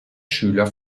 schüler